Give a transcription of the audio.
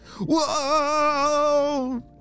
Whoa